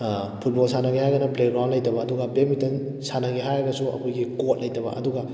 football ꯁꯥꯟꯅꯒꯦ ꯍꯥꯏꯔꯒꯅ play ground ꯂꯩꯇꯕ ꯑꯗꯨꯒ ꯕꯦꯗꯃꯤꯟꯇꯟ ꯁꯥꯟꯅꯒꯦ ꯍꯥꯏꯔꯒꯁꯨ ꯑꯩꯈꯣꯏꯒꯤ ꯀꯣꯔꯗ ꯂꯩꯇꯕ ꯑꯗꯨꯒ